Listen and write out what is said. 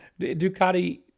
Ducati